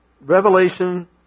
Revelation